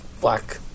black